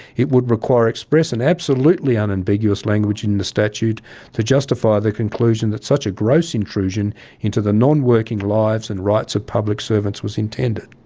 it would require express and absolutely unambiguous language in the statute to justify the conclusion that such a gross intrusion into the non-working lives and rights of public servants was intended.